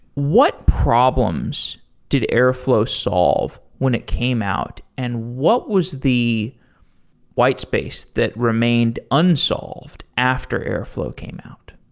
what problems did airflow solve when it came out? and what was the white space that remained unsolved after airflow came out?